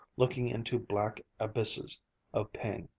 looking into black abysses of pain,